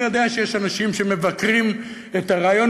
אני יודע שיש אנשים שמבקרים את הרעיון,